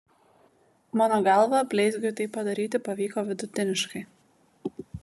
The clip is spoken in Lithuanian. mano galva bleizgiui tai padaryti pavyko vidutiniškai